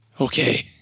Okay